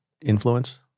influence